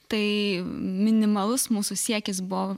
tai minimalus mūsų siekis buvo